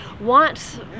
want